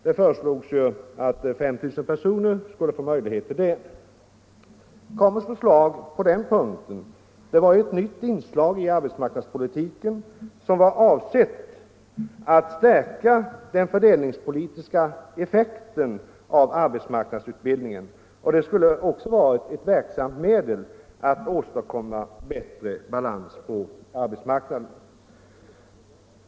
Det föreslogs att 5 000 personer skulle få den möjligheten. KAMU:s förslag på den punkten var ett nytt inslag i arbetsmarknadspolitiken som var avsett att stärka den fördelningspolitiska effekten av arbetsmarknadsutbildningen. Det skulle också varit ett verksamt medel att åstadkomma bättre balans på arbetsmarknaden.